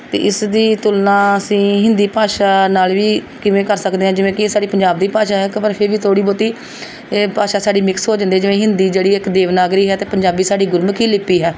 ਅਤੇ ਇਸ ਦੀ ਤੁਲਨਾ ਅਸੀਂ ਹਿੰਦੀ ਭਾਸ਼ਾ ਨਾਲ ਵੀ ਕਿਵੇਂ ਕਰ ਸਕਦੇ ਹਾਂ ਜਿਵੇਂ ਕਿ ਇਹ ਸਾਡੇ ਪੰਜਾਬ ਦੀ ਭਾਸ਼ਾ ਹੈ ਇੱਕ ਪਰ ਫਿਰ ਵੀ ਥੋੜ੍ਹੀ ਬਹੁਤ ਇਹ ਭਾਸ਼ਾ ਸਾਡੀ ਮਿਕਸ ਹੋ ਜਾਂਦੀ ਹੈ ਜਿਵੇਂ ਹਿੰਦੀ ਜਿਹੜੀ ਇੱਕ ਦੇਵਨਾਗਰੀ ਹੈ ਅਤੇ ਪੰਜਾਬੀ ਸਾਡੀ ਗੁਰਮੁਖੀ ਲਿੱਪੀ ਹੈ